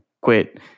quit